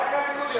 רק הליכוד יכול.